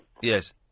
Yes